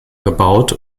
gebaut